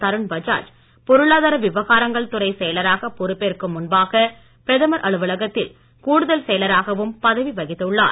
தருண் பஜாஜ் பொருளாதார விவகாரங்கள் துறைச் செயலராகப் பொறுப்பேற்கும் முன்பாக பிரதமர் அலுவலகத்தில் கூடுதல் செயலராகவும் பதவி வகித்துள்ளார்